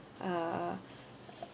uh